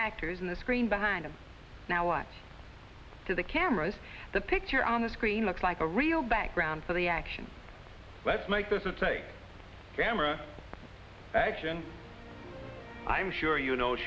actors in the screen behind and now on to the cameras the picture on the screen looks like a real background so the action let's make this is a camera action i'm sure you know